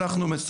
שלחנו מה שצריך,